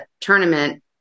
tournament